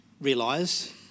realise